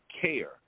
care